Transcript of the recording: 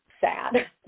sad